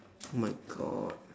oh my god